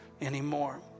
anymore